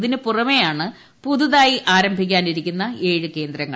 ഇതിനുപുറമെയാണ് പുതുതായി ആരംഭിക്കാനിരിക്കുന്ന ഏഴ് കേന്ദ്രങ്ങൾ